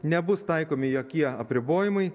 nebus taikomi jokie apribojimai